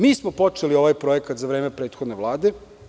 Mi smo počeli ovaj projekat za vreme prethodne Vlade.